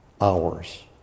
hours